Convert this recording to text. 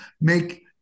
Make